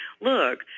Look